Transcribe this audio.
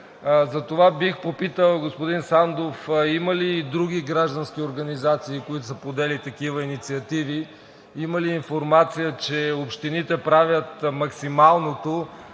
Затова бих попитал господин Сандов има ли и други граждански организации, подели такива инициативи? Има ли информация, че общините правят максималното,